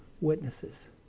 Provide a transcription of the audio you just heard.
witnesses